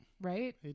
right